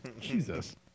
Jesus